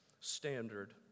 standard